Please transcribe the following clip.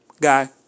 guy